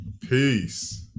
Peace